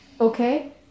okay